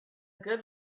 good